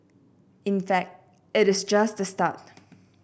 in fact it is just the start